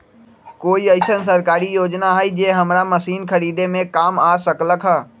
कोइ अईसन सरकारी योजना हई जे हमरा मशीन खरीदे में काम आ सकलक ह?